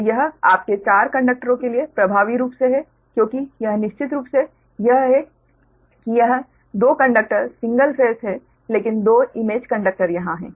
तो यह आपके 4 कंडक्टरों के लिए प्रभावी रूप से है क्योंकि यह निश्चित रूप से यह है कि यह 2 कंडक्टर सिंगल फेस है लेकिन 2 इमेज कंडक्टर यहाँ हैं